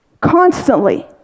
constantly